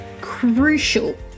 crucial